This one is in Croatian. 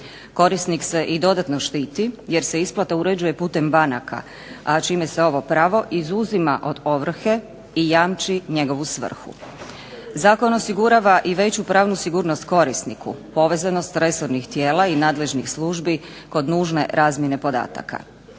Korisnik se i dodatno štititi, jer se isplata uređuje putem banaka, a čime se ovo pravo izuzima od ovrhe i jamči njegovu svrhu. Zakon osigurava i veću pravnu sigurnost korisniku, povezanost resornih tijela i nadležnih službi kod nužne razmjene podataka.